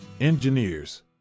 Engineers